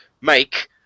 make